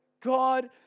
God